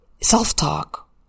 self-talk